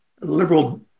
liberal